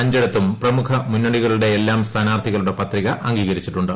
അഞ്ചിടത്തും സമയ പരിധി പ്രമുഖ മുന്നണികളുടെയെല്ലാം സ്ഥാനാർത്ഥികളുടെ പത്രിക അംഗീകരിച്ചിട്ടുണ്ട്